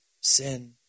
sin